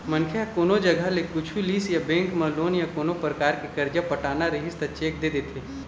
मनखे ह कोनो जघा ले कुछु लिस या बेंक म लोन या कोनो परकार के करजा पटाना रहिस त चेक दे देथे